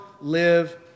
live